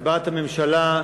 הצגת הממשלה,